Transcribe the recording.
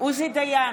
עוזי דיין,